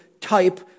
type